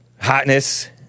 hotness